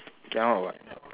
cannot what